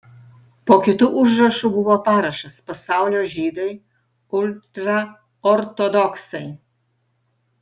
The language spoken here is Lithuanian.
po kitu užrašu buvo parašas pasaulio žydai ultraortodoksai